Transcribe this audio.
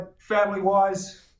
family-wise